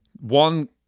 one